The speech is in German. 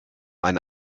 eine